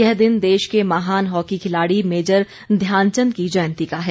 यह दिन देश के महान हॉकी खिलाड़ी मेजर ध्यानचंद की जयंती का है